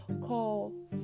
call